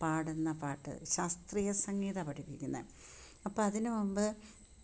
പാടുന്ന പാട്ട് ശാസ്ത്രീയസംഗീതമാണ് പഠിപ്പിക്കുന്നത് അപ്പം അതിന് മുമ്പ്